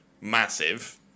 massive